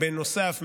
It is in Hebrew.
בנוסף,